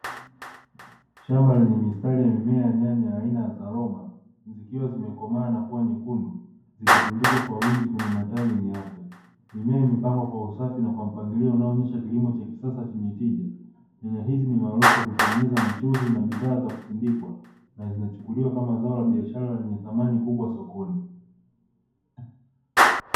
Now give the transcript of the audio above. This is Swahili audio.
Shamba lenye mistari ya mimea ya nyanya aina ya zaroma zikiwa zimekomaa na kuwa nyekundu zikitundikwa kwa wingi kwenye matawi yenye afya, mimea imepangwa kwa usafi na kwa mpangilio unaoonyesha kilimo cha kisasa chenye tija nyanya hizi ni maarufu kwa kutengeneza mchuzi na bidhaa za kusindikwa na kuchukuliwa kama zao la biashara lenye thamani kubwa sokoni.